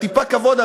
טיפה כבוד,